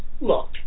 look